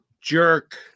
Jerk